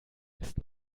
ist